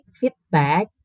feedback